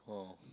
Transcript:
oh